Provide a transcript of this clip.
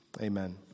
Amen